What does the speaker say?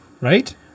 right